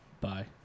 Bye